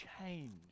change